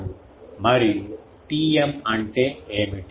మరియు Tm అంటే ఏమిటి